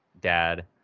dad